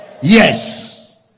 Yes